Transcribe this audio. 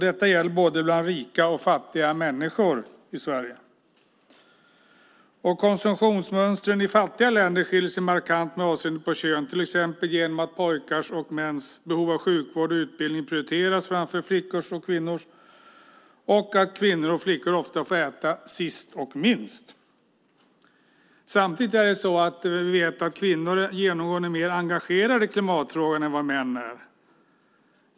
Detta gäller bland både rika och fattiga människor i Sverige. Konsumtionsmönstren i fattiga länder skiljer sig markant med avseende på kön, till exempel genom att pojkars och mäns behov av sjukvård och utbildning prioriteras framför flickors och kvinnors och att kvinnor och flickor ofta får äta sist och minst. Samtidigt vet vi att kvinnor genomgående är mer engagerade i klimatfrågan än vad män är.